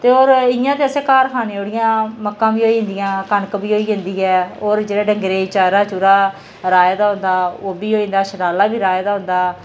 ते और इयां ते असें घर खाने जोगड़ियां मक्कां बी होई जंदियां कनक बी होई जंदी ऐ और जेह्ड़ा डंगरें चारा चुरा राहे दा होंदा ओह् बी होई जंदा शटाह्ल्ला बी राहे दा होंदा